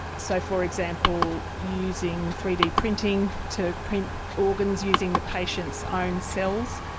so, for example, using three d printing to print organs using the patient's ah own cells,